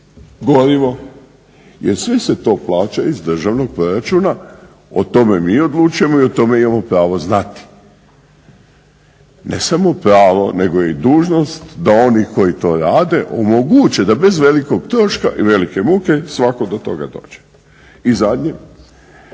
gorivo jer sve se to plaća iz državnog proračuna, o tome mi odlučujemo i o tome imamo pravo znati ne samo pravo nego i dužnost da oni koji to rade omoguće da bez velikog troška i velike muke svatko do toga dođe. I zadnje